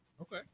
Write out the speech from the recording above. Okay